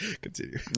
Continue